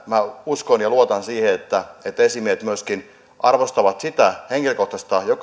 minä uskon ja luotan siihen että tänä päivänä myöskin esimiehet arvostavat sitä jokaisen henkilökohtaista